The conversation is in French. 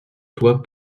toit